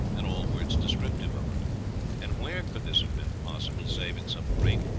and all words descriptive of them and where could this have been possible save in some great,